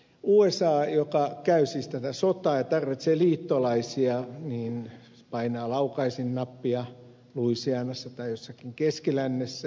usa joka käy siis tätä sotaa ja tarvitsee liittolaisia painaa laukaisinnappia louisianassa tai jossakin keskilännessä